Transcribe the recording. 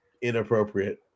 inappropriate